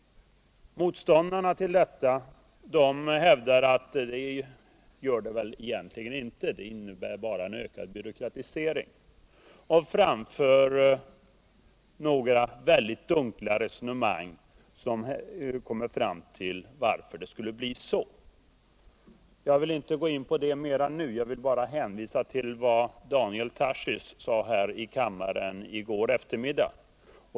Motståndarna till detta förslag hävdar att det gör det väl egentligen inte —-de menar att det bara innebär en ökad byråkratisering — och framför väldigt dunkla resonemang om varför det skulle bli så. Jag vill inte gå in mera på detta nu; jag vill bara hänvisa till vad Daniel Tarschys sade här i kammaren i går eftermiddag.